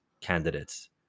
candidates